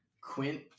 Quint